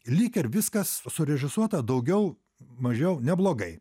lyg ir viskas surežisuota daugiau mažiau neblogai